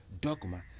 Dogma